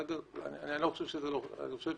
אני חושב